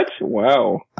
Wow